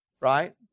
right